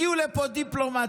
הגיעו לפה דיפלומט,